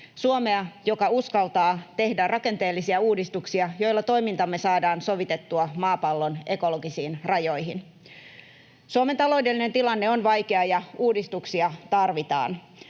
Suomea, joka uskaltaa tehdä rakenteellisia uudistuksia, joilla toimintamme saadaan sovitettua maapallon ekologisiin rajoihin. Suomen taloudellinen tilanne on vaikea, ja uudistuksia tarvitaan.